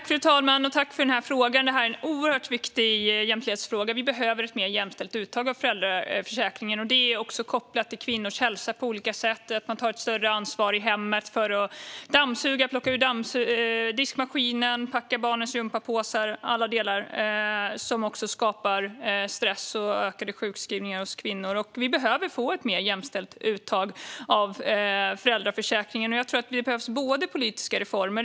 Fru talman! Tack för denna oerhört viktiga jämställdhetsfråga! Vi behöver ett mer jämställt uttag av föräldraförsäkringen. Detta är på olika sätt kopplat till kvinnors hälsa. Kvinnor tar ett större ansvar i hemmet för att dammsuga, plocka ur diskmaskinen och packa barnens gympapåsar. Alla dessa delar skapar stress och ökade sjukskrivningar hos kvinnor. Vi behöver få ett mer jämställt uttag av föräldraförsäkringen. Det behövs dels politiska reformer.